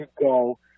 go